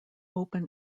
open